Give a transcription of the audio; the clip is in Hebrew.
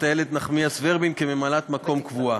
איילת נחמיאס ורבין כממלאת מקום קבועה.